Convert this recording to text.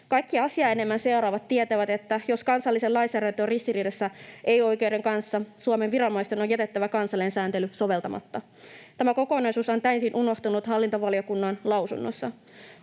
Kaikki asiaa enemmän seuraavat tietävät, että jos kansallinen lainsäädäntö on ristiriidassa EU-oikeuden kanssa, Suomen viranomaisten on jätettävä kansallinen sääntely soveltamatta. Tämä kokonaisuus on täysin unohtunut hallintovaliokunnan mietinnössä.